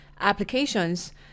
applications